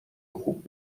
خوب